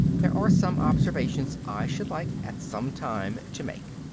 there are some observations i should like, at some time, to make.